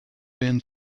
been